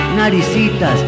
Naricitas